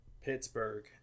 Pittsburgh